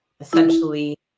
essentially